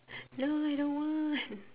no I don't want